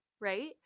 right